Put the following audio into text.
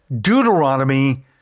Deuteronomy